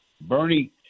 Bernie